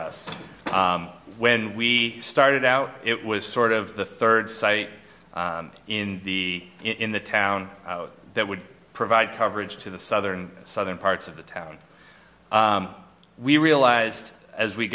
us when we started out it was sort of the third site in the in the town that would provide coverage to the southern southern parts of the town we realized as we